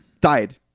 died